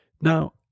Now